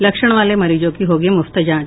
लक्षण वाले मरीजों की होगी मुफ्त जांच